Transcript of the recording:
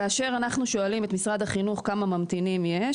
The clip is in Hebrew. כאשר אנחנו שואלים את משרד החינוך כמה ממתינים יש,